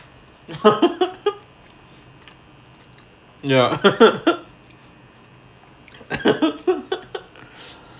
ya